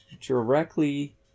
directly